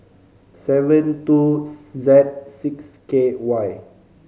seven two Z six K Y